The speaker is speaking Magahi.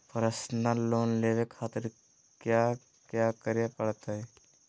पर्सनल लोन लेवे खातिर कया क्या करे पड़तइ?